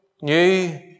new